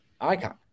icon